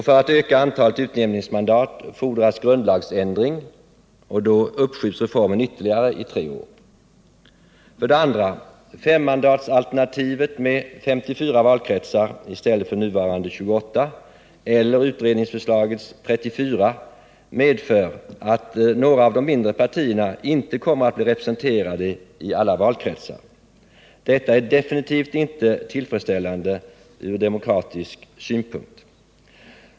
För att öka antalet utjämningsmandat fordras grundlagsändring. Då uppskjuts reformen ytterligare i tre år. 2. Femmandatsalternativet med 54 valkretsar i stället för nuvarande 28 eller utredningsförslagets 34 medför att några av de mindre partierna inte kommer att bli representerade i alla valkretsar. Detta är definitivt inte tillfredsställande ur demokratisk synpunkt.